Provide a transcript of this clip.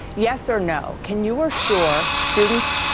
yes or no can you assure students,